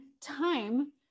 time